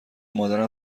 مادرم